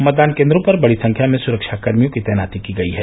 मतदान केन्द्रों पर बड़ी संख्या में सुरक्षाकर्मियों की तैनाती की गयी है